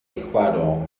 ecuador